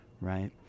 right